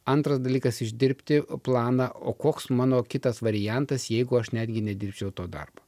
antras dalykas išdirbti planą o koks mano kitas variantas jeigu aš netgi nedirbčiau to darbo